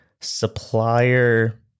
supplier